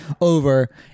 over